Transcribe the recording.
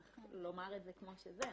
צריך לומר את זה כמו שזה.